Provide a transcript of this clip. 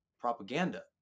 propaganda